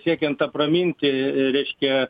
siekiant apraminti reiškia